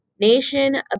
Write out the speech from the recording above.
nation